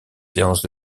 séances